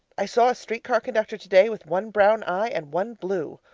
i saw a street car conductor today with one brown eye and one blue.